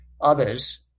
others